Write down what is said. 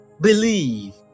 Believe